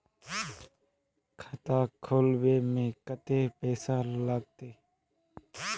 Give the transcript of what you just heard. खाता खोलबे में कते पैसा लगते?